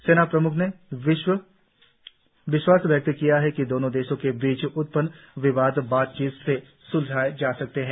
सेना प्रम्ख ने विश्वास व्यक्त किया कि दोनों देशों के बीच उत्पन्न विवाद बातचीत से स्लझाया जा सकता है